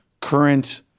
current